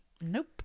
Nope